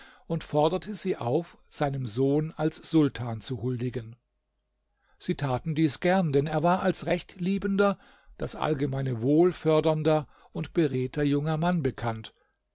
und forderte sie auf seinem sohn als sultan zu huldigen sie taten dies gern denn er war als rechtliebender das allgemeine wohl fördernder und beredter junger mann bekannt